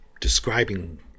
Describing